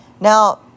Now